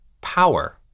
power